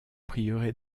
prieuré